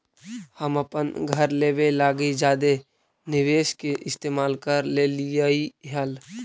हम अपन घर लेबे लागी जादे निवेश के इस्तेमाल कर लेलीअई हल